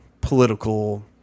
political